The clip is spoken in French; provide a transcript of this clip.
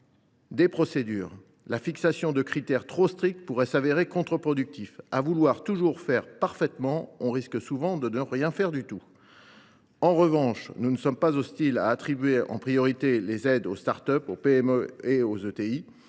des procédures, la fixation de critères trop stricts pourrait se révéler contre productive. À vouloir toujours tout faire parfaitement, on risque souvent de ne rien faire du tout. En revanche, nous ne sommes pas hostiles à l’attribution prioritaire des aides aux start up, aux petites et